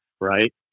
right